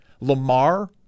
Lamar